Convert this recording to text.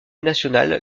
nationale